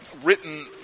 Written